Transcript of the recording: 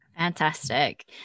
Fantastic